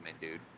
dude